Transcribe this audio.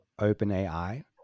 OpenAI